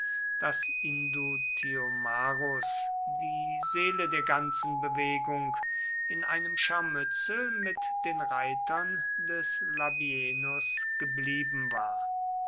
daß indutiomarus die seele der ganzen bewegung in einem scharmützel mit den reitern des labienus geblieben war